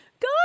good